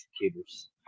executors